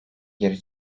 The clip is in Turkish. geri